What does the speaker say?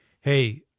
Hey